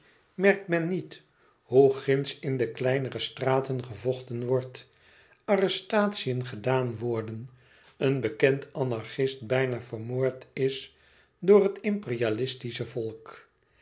merkt men niet hoe ginds e ids aargang de kleinere straten gevochten wordt arrestatiën gedaan worden een bekend anarchist bijna vermoord is door het imperialistische volk